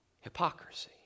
Hypocrisy